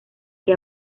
que